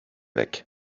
weg